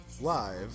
Live